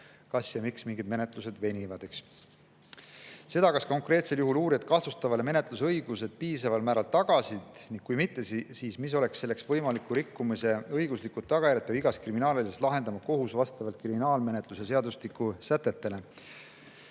küsinud, miks mingid menetlused venivad. Seda, kas konkreetsel juhul uurijad kahtlustatavale menetlusõigused piisaval määral tagasid, ning kui mitte, siis mis oleks selle võimaliku rikkumise õiguslikud tagajärjed, peab igas kriminaalasjas lahendama kohus vastavalt kriminaalmenetluse seadustiku sätetele.